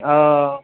ओ